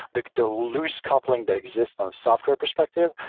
the the lose coupling that exists on software perspective.